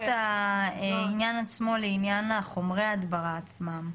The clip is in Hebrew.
העניין עצמו לעניין חומרי ההדברה עצמם.